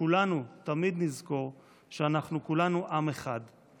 כולנו תמיד שאנחנו כולנו עם אחד.